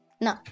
No